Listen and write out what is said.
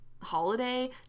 holiday